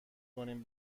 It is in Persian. کنیم